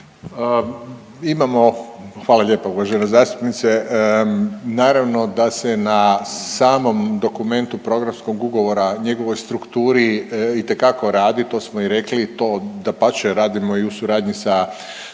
Imamo, hvala lijepo uvažena zastupnice, naravno da se na samom dokumentu programskog ugovora, njegovoj strukturi itekako radi to smo i rekli, to dapače radimo i u suradnji sa